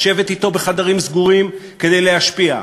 לשבת אתו בחדרים סגורים כדי להשפיע,